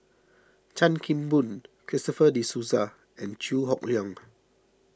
Chan Kim Boon Christopher De Souza and Chew Hock Leong